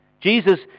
Jesus